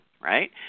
right